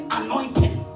anointing